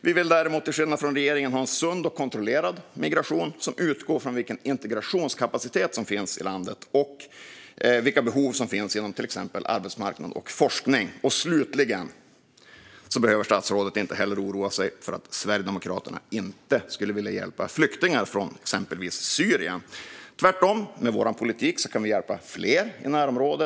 Vi vill däremot, till skillnad från regeringen, ha en sund och kontrollerad migration som utgår från vilken integrationskapacitet som finns i landet och vilka behov som finns inom till exempel arbetsmarknad och forskning. Slutligen behöver statsrådet inte heller oroa sig för att Sverigedemokraterna inte skulle vilja hjälpa flyktingar från exempelvis Syrien. Tvärtom kan vi med vår politik hjälpa fler i deras närområden.